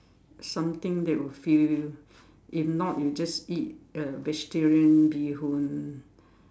something that will fill you if not you just eat uh vegetarian bee-hoon